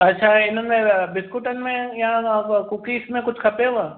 असांजे हिन में बिस्कुटनि में या कूकीस में कुझु खपेव